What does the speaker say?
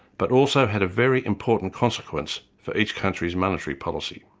but also had a very important consequence for each country's monetary policy.